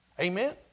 Amen